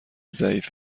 ضعیف